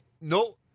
No